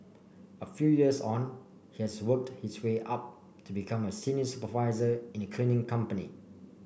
a few years on he has worked his way up to become a senior supervisor in a cleaning company